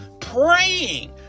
praying